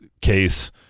case